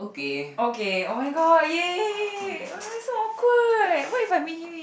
okay oh-my-god !yay! so awkward what if I meet him